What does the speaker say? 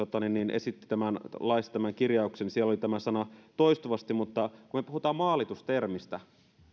esitti laista tämän kirjauksen niin siellä oli tämä sana toistuvasti kun me puhumme maalitus termistä